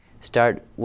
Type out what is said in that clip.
start